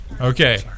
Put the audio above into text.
Okay